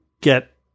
get